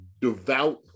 devout